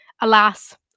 alas